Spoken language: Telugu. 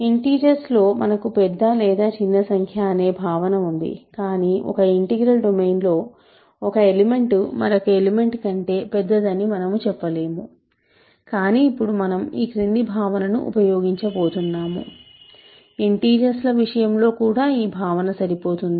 ఇంటిజర్స్ లో మనకు పెద్ద లేదా చిన్నసంఖ్య అనే భావన ఉంది కానీ ఒక ఇంటిగ్రల్ డొమైన్లో ఒక ఎలిమెంట్ మరొక ఎలిమెంట్ కంటే పెద్దదని మనము చెప్పలేము కాని ఇప్పుడు మనం ఈ క్రింది భావనను ఉపయోగించబోతున్నాము ఇంటిజర్స్ ల విషయంలో కూడా ఈ భావన సరిపోతుంది